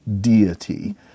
deity